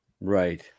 Right